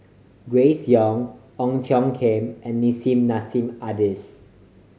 Grace Young Ong Tiong Khiam and Nissim Nassim Adis